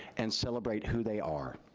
and celebrate who they are,